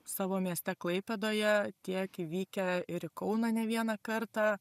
savo mieste klaipėdoje tiek įvykę ir į kauną ne vieną kartą